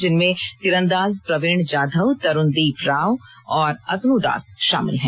जिनमें तीरंदाजी प्रवीण जाधव तरूनदीप राव और अतनुदास शामिल हैं